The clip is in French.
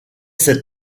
cette